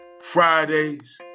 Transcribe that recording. Fridays